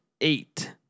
eight